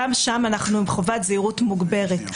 גם שם אנחנו עם חובת זהירות מוגברת.